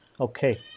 Okay